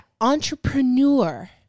entrepreneur